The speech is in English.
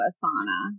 Asana